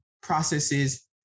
processes